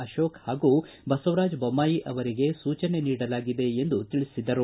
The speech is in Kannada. ಅಶೋಕ ಬಸವರಾಜ ಬೊಮ್ನಾಯಿ ಅವರಿಗೆ ಸೂಚನೆ ನೀಡಲಾಗಿದೆ ಎಂದು ತಿಳಿಸಿದರು